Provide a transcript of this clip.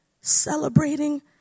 celebrating